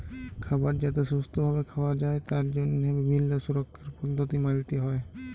খাবার যাতে সুস্থ ভাবে খাওয়া যায় তার জন্হে বিভিল্য সুরক্ষার পদ্ধতি মালতে হ্যয়